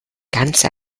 ganze